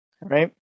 right